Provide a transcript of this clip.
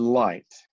light